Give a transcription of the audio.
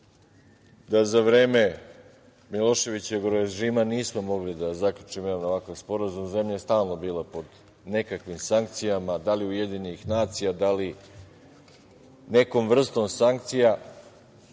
da za vreme Miloševićevog režima nismo mogli da zaključimo jedan ovakav sporazum. Zemlja je stalno bila pod nekakvim sankcijama, da li UN, da li nekom vrstom sankcija